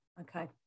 okay